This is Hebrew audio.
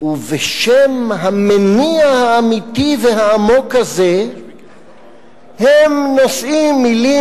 ובשם המניע האמיתי והעמוק הזה הם נושאים מלים